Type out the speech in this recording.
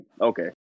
Okay